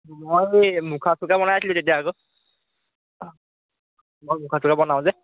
মই মুখা চুখা বনাইছিলোঁ তেতিয়া আকৌ মই মুখা চুখা বনাওঁ যে